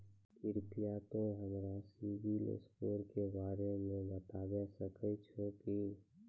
कृपया तोंय हमरा सिविल स्कोरो के बारे मे बताबै सकै छहो कि?